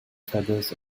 feathers